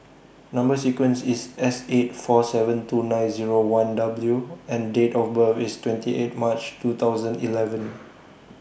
Number sequence IS S eight four seven two nine Zero one W and Date of birth IS twenty eight March two thousand eleven